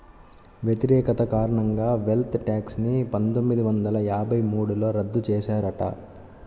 వ్యతిరేకత కారణంగా wealth tax ని పందొమ్మిది వందల యాభై మూడులో రద్దు చేశారట